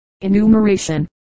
enumeration